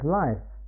life